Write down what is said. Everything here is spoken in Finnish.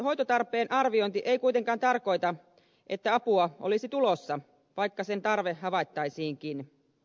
hoitotarpeen arviointi ei kuitenkaan tarkoita että apua olisi tulossa vaikka sen tarve havaittaisiinkin